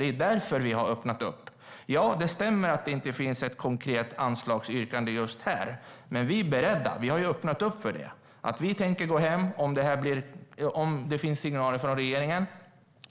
Det är därför vi har öppnat för detta. Det stämmer att det inte finns ett konkret anslagsyrkande just här, men vi är beredda. Vi har öppnat för detta. Om det finns signaler från regeringen